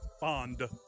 bond